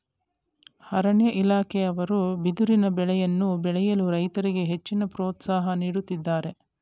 ಅರಣ್ಯ ಇಲಾಖೆಯವರು ಬಿದಿರಿನ ಬೆಳೆಯನ್ನು ಬೆಳೆಯಲು ರೈತರಿಗೆ ಹೆಚ್ಚಿನ ಪ್ರೋತ್ಸಾಹ ನೀಡುತ್ತಿದ್ದಾರೆ